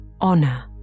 honor